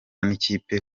n’ikipe